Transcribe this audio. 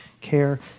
care